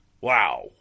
Wow